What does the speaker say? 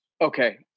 Okay